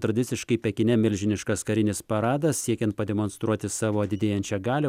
tradiciškai pekine milžiniškas karinis paradas siekiant pademonstruoti savo didėjančią galią